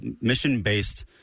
mission-based